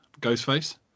Ghostface